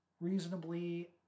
reasonably